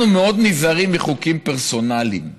אנחנו מאוד נזהרים מחוקים פרסונליים,